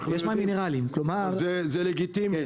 זה לגיטימי,